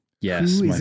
Yes